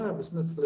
business